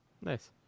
Nice